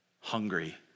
hungry